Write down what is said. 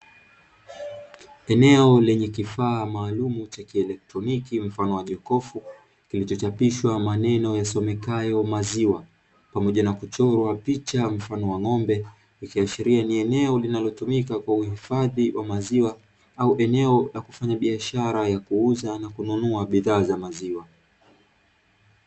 Eneo lenye kifaa maalumu cha kielektroniki mfano wa jokofu, kilichochapishwa maneno yasomekayo maziwa, pamoja na kuchorwa picha mfano wa ng'ombe ikiashiria ni eneo linalotumika kwa uhifadhi wa maziwa au eneo la kufanya biashara ya kuuza na kununua bidhaa za maziwa.